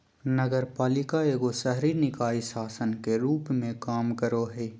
नगरपालिका एगो शहरी निकाय शासन के रूप मे काम करो हय